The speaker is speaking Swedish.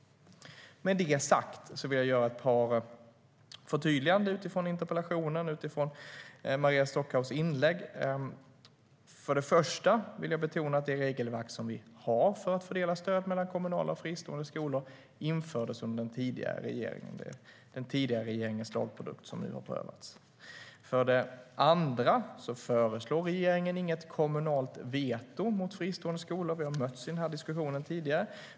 Med det sagt vill jag göra några förtydliganden utifrån interpellationen och utifrån Maria Stockhaus inlägg. För det första vill jag betona att det regelverk som vi har för att fördela stöd mellan kommunala och fristående skolor infördes under den tidigare regeringen. Det är den tidigare regeringens lagprodukt som nu har prövats. För det andra föreslår regeringen inget kommunalt veto mot fristående skolor. Vi har mötts i den diskussionen tidigare.